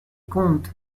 contes